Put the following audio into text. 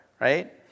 right